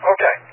Okay